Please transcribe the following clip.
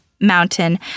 mountain